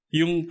yung